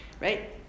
right